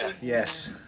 Yes